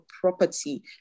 property